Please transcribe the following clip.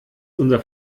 unser